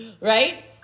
Right